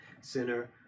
sinner